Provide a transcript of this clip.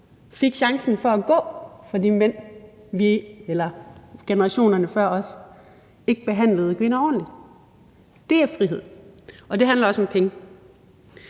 fik chancen for at gå fra de mænd, som i generationerne før os ikke behandlede kvinder ordentligt. Det er frihed, og det handler også om penge.